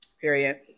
period